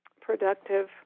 productive